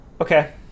okay